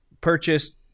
purchased